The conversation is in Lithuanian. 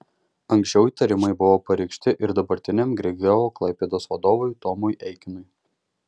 anksčiau įtarimai buvo pareikšti ir dabartiniam grigeo klaipėdos vadovui tomui eikinui